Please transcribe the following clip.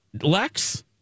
Lex